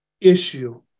issue